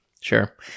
Sure